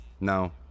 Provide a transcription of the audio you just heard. no